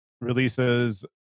releases